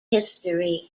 history